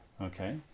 Okay